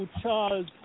Charles